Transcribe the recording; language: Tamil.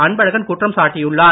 அன்பழகன் குற்றம் சாட்டியுள்ளார்